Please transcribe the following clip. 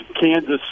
Kansas